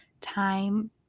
time